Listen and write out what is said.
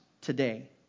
today